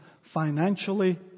financially